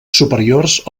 superiors